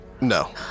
No